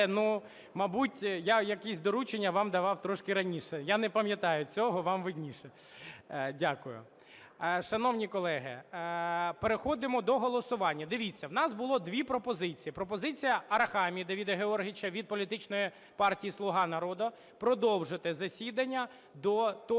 мабуть, я якісь доручення вам трошки раніше, я не пам'ятаю цього, вам видніше. Дякую. Шановні колеги, переходимо до голосування. Дивіться, у нас було дві пропозиції: пропозиція Арахамія Давида Георгійовича від політичної партії "Слуга народу" продовжити засідання до того,